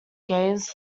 games